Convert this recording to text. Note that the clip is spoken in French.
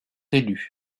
élus